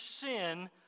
sin